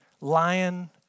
lion